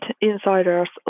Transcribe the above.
insiders